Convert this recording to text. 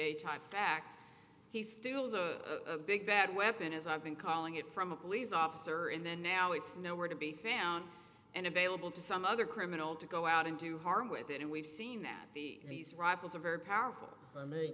a type fact he still has a big bad weapon as i've been calling it from a police officer and then now it's nowhere to be found and available to some other criminal to go out and do harm with it and we've seen that the these rifles are very powerful